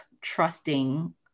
trusting